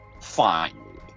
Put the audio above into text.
Fine